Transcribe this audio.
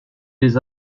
les